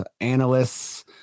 analysts